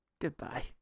Goodbye